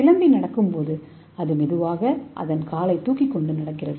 சிலந்தி நடக்கும்போது அது மெதுவாக அதன் காலைத் தூக்கிக்கொண்டு நடக்கிறது